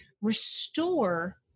restore